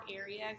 area